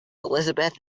elizabeth